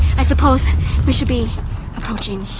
i suppose we should be approaching.